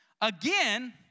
Again